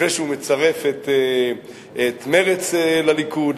לפני שהוא מצרף את מרצ לליכוד,